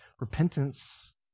Repentance